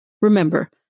Remember